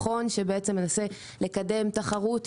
מכון שמנסה לקדם תחרות,